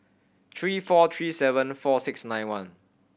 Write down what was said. three four three seven four six nine one